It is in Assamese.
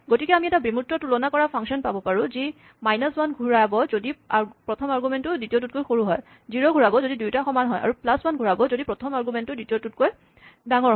গতিকে আমি এটা বিমূৰ্ত তুলনা কৰা ফাংচন পাব পাৰোঁ যি মাইনাছ ৱান ঘূৰাব যদি প্ৰথম আৰগুমেন্টটো দ্বিতীয়টোতকৈ সৰু হয় জিৰ' ঘূৰাব যদি দুয়োটা সমান হয় আৰু প্লাছ ৱান ঘূৰাব যদি প্ৰথম আৰগুমেন্টটো দ্বিতীয়টোতকে ডাঙৰ হয়